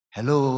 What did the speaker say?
Hello